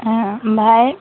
आमफ्राय